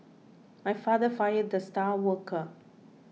my father fired the star worker